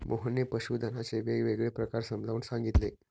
मोहनने पशुधनाचे वेगवेगळे प्रकार समजावून सांगितले